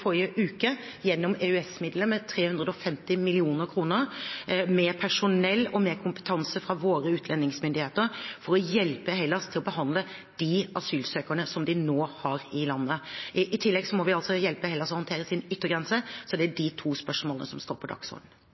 forrige uke gjennom EØS-midler med 350 mill. kr, med personell og med kompetanse fra våre utlendingsmyndigheter for å hjelpe Hellas med å behandle søknadene til de asylsøkerne de nå har i landet. I tillegg må vi hjelpe Hellas med å håndtere yttergrensen sin. Det er de to spørsmålene som står på